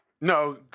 No